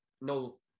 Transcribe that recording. no